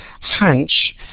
hunch